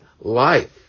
life